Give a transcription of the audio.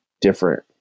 different